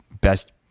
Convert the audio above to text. best